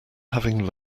having